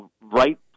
right